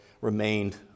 remained